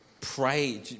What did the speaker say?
pray